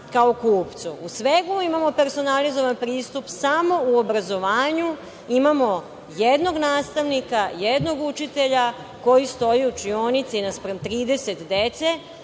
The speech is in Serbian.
kao kupcu. U svemu imamo personalizovan pristup samo u obrazovanju imamo jednog nastavnika, jednog učitelja, koji stoji u učionici naspram 30 dece,